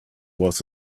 was